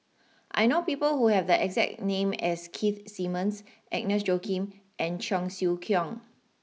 I know people who have the exact name as Keith Simmons Agnes Joaquim and Cheong Siew Keong